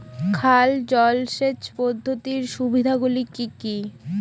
খাল জলসেচ পদ্ধতির সুবিধাগুলি কি কি?